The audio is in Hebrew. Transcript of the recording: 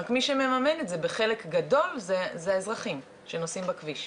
רק מי שמממן את זה בחלק גדול זה האזרחים שנוסעים בכביש.